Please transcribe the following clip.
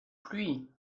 pluie